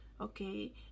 Okay